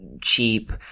cheap